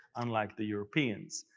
unlike the europeans.